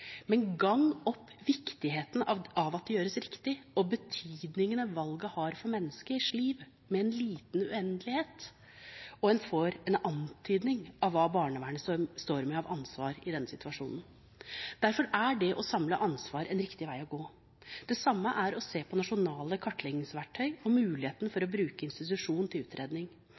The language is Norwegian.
men gang opp viktigheten av at det gjøres riktig, og betydningen valget har for menneskers liv, med en liten uendelighet – og en får en antydning om hva barnevernet står med av ansvar i denne situasjonen. Derfor er det å samle ansvar en riktig vei å gå. Det samme er å se på nasjonale kartleggingsverktøy og muligheten for å bruke institusjon til utredning.